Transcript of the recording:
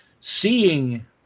seeing